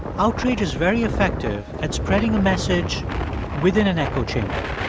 outrage is very effective at spreading a message within an echo chamber